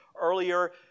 earlier